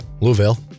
Louisville